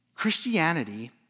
Christianity